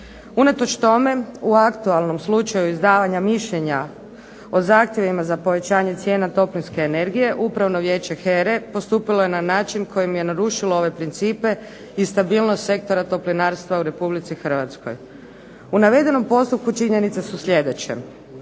Unatoč tome u aktualnom slučaju izdavanja mišljenja o zahtjevima za povećanja cijena toplinske energije Upravno vijeće HERA-e postupilo je na način kojim je narušilo ove principe i stabilnost sektora toplinarstva u Republici Hrvatskoj. U navedenom postupku činjenice su sljedeće.